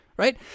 right